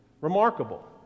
Remarkable